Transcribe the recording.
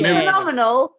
phenomenal